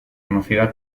conocida